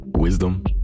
Wisdom